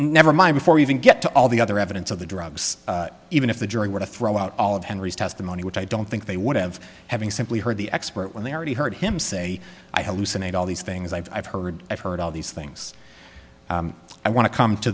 never mind before we even get to all the other evidence of the drugs even if the jury were to throw out all of henry's testimony which i don't think they would have having simply heard the expert when they already heard him say i had to sedate all these things i've heard i've heard all these things i want to come to